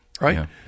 Right